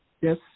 yes